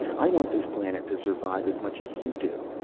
i want this planet to survive as much as you do.